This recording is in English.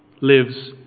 lives